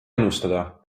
ennustada